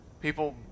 People